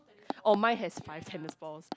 oh mine has five tennis balls